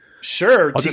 Sure